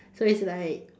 so it's like